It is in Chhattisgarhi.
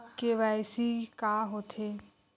के.वाई.सी का होथे?